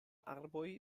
arboj